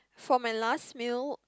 for my last meal